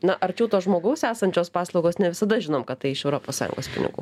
na arčiau to žmogaus esančios paslaugos ne visada žinom kad tai iš europos sąjungos pinigų